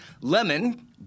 Lemon